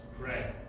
pray